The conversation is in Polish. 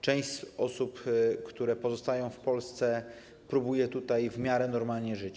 Część osób, które pozostają w Polsce, próbuje tutaj w miarę normalnie żyć.